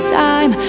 time